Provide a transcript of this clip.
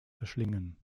verschlingen